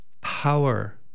power